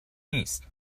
نیست